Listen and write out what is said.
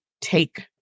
take